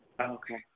Okay